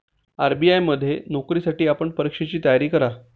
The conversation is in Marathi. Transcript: आर.बी.आय मध्ये नोकरीसाठी आपण परीक्षेची तयारी करा